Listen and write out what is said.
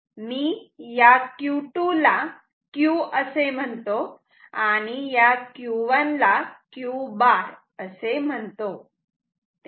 मी या Q2 ला Q असे म्हणतो आणि या Q1 ला Q बार असे म्हणतो